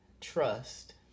trust